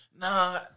Nah